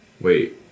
Wait